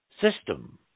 System